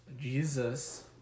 Jesus